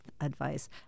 advice